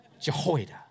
Jehoiada